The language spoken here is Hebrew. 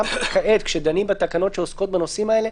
גם כעת כשדנים בתקנות שעוסקות בנושאים האלה,